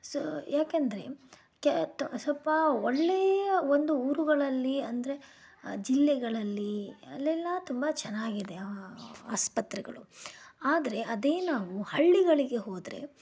so ಯಾಕೆಂದರೆ ಕೆ ತ ಸ್ವಲ್ಪ ಒಳ್ಳೆಯ ಒಂದು ಊರುಗಳಲ್ಲಿ ಅಂದರೆ ಜಿಲ್ಲೆಗಳಲ್ಲಿ ಅಲ್ಲೆಲ್ಲ ತುಂಬ ಚೆನ್ನಾಗಿದೆ ಆಸ್ಪತ್ರೆಗಳು ಆದರೆ ಅದೇ ನಾವು ಹಳ್ಳಿಗಳಿಗೆ ಹೋದರೆ